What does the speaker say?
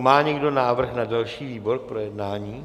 Má někdo návrh na další výbor k projednání?